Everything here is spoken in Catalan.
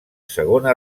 segona